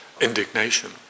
indignation